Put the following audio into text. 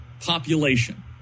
population